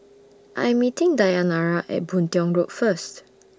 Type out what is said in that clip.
I Am meeting Dayanara At Boon Tiong Road First